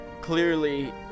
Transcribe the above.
Clearly